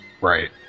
Right